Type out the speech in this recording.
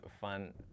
fun